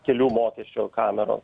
kelių mokesčio kameros